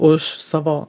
už savo